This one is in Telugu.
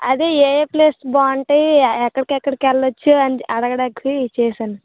అదే ఏ ఏ ప్లేస్ బాగుంటాయి ఎక్కడ ఎక్కడికి వెళ్ళచ్చు అని అడగడానికి చేశాను